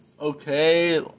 okay